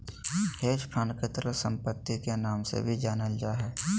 hedge fund के तरल सम्पत्ति के नाम से भी जानल जा हय